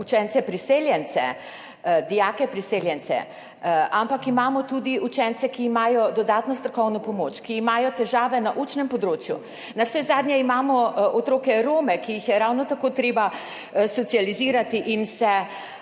učence priseljence, dijake priseljence, ampak imamo tudi učence, ki imajo dodatno strokovno pomoč, ki imajo težave na učnem področju, navsezadnje imamo otroke Rome, ki jih je ravno tako treba socializirati in se